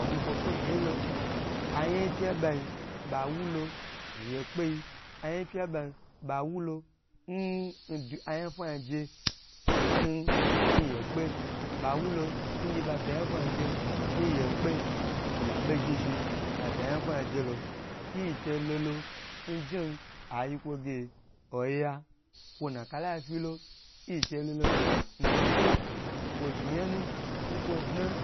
Omwai ko gi kpe genyi lo, to anya ye pya n ɓa nyi ɓa wu lo nye kpei, anya gye pya n ɓa a nyi ɓa wu lo n-n dwu anya fwanya aje n yekpe. Ɓa wulo n gye ɓa dwu anyafwanya je lon yekpe, n naɓo zhni zhni-i ɓa dwu anya twafwa aje lo. Yin che lolo n jen ayi kwo ge, oya kwo nna kalai fyilo, yin che lolo, nakwo, kwo zhni nya nu n kwo dnan